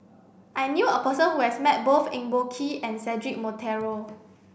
I knew a person who has met both Eng Boh Kee and Cedric Monteiro